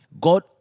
God